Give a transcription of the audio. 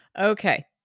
Okay